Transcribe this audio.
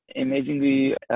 amazingly